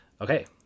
Okay